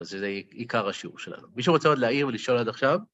אז זה עיקר השיעור שלנו. מישהו רוצה עוד להעיר ולשאול עד עכשיו?